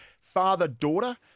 father-daughter